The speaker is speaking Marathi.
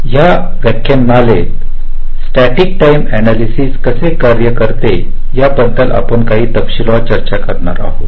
या व्याख्यानमालेत हे स्टॅटिक टाईम अनालयसिस कसे कार्य करते याबद्दल आपण काही तपशीलवार चर्चा करणार आहोत